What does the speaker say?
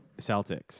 Celtics